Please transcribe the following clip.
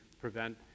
prevent